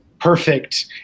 perfect